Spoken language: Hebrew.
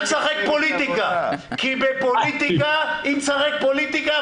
אל תשחק פוליטיקה כי אם תשחק פוליטיקה,